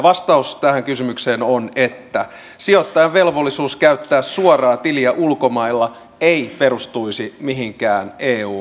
vastaus tähän kysymykseen on että sijoittajan velvollisuus käyttää suoraa tiliä ulkomailla ei perustuisi mihinkään eu säännökseen